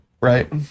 right